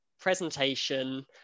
presentation